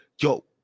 Yo